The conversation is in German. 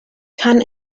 kann